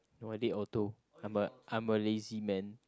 no I did auto I'm a I'm a lazy man